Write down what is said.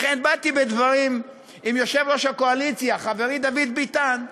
לכן באתי בדברים עם יושב-ראש הקואליציה חברי דוד ביטן,